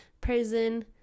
prison